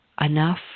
enough